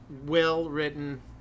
well-written